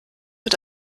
mit